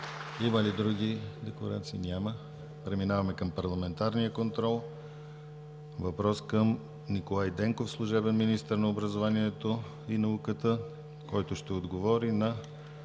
Има ли други декларации? Няма. Преминаваме към парламентарния контрол. Въпрос към Николай Денков – служебен министър на образованието и науката, който ще отговори на